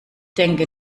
denke